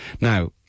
Now